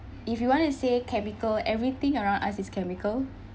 if you want to say chemical everything around us is chemical